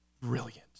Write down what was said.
brilliant